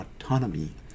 autonomy